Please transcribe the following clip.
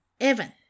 Evan